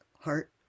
heart